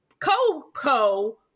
co-co